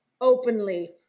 openly